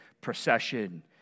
procession